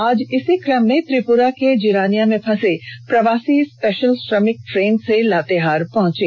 आज इसी क्रम में त्रिपुरा के जिरानिया में फसे प्रवासी स्पेशल श्रमिक ट्रेन से लातेहार पहुंचे